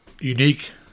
Unique